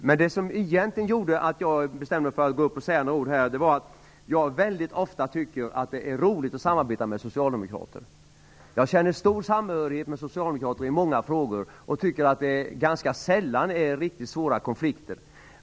Men det som gjorde att jag bestämde mig för att gå upp och säga några ord i den här debatten var egentligen en annan sak. Jag tycker väldigt ofta att det är roligt att samarbeta med socialdemokrater. Jag känner stor samhörighet med socialdemokrater i många frågor och tycker att det ganska sällan uppstår riktigt svåra konflikter.